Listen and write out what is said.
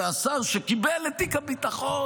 והשר שקיבל את תיק הביטחון,